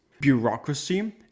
Bureaucracy